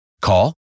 Call